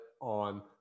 on